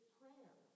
prayer